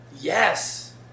Yes